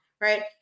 right